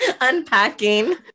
unpacking